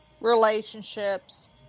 relationships